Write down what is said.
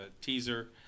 teaser